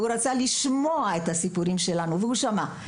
הוא רצה לשמוע את הסיפורים שלנו והוא שמע.